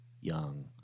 Young